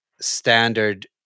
standard